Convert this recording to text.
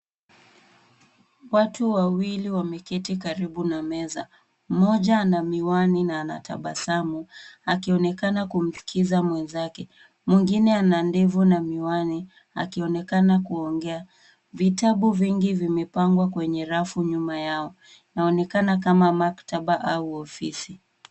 Watu wawili wameketi karibu na meza. Mmoja ana miwani na anatabasamu, akionekana kumsikiliza mwenzake. Mwingine ana ndevu na miwani, akionekana kuongea. Vitabu vingi vimepangwa kwenye rafu nyuma yao, inaonekana kama maktaba au ofisi.